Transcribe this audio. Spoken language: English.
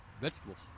vegetables